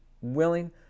willing